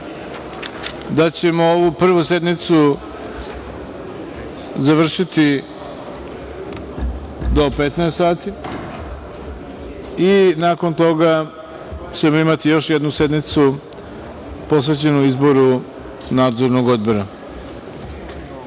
da ćemo ovu prvu sednicu završiti do 15.00 časova i nakon toga ćemo imati još jednu sednicu posvećenu izboru Nadzornog